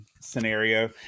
scenario